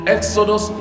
Exodus